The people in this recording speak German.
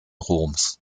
roms